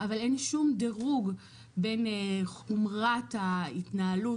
אבל אין שום דירוג בין חומרת ההתנהלות